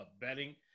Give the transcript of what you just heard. betting